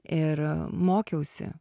ir mokiausi